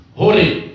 holy